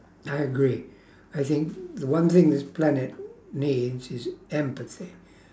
I agree I think the one thing this planet needs is empathy